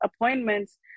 appointments